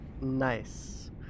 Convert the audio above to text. nice